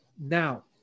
Now